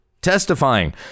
testifying